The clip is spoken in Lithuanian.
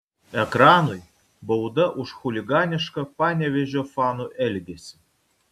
ekranui bauda už chuliganišką panevėžio fanų elgesį